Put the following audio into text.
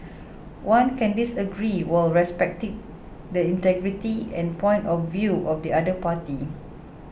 one can disagree while respecting the integrity and point of view of the other party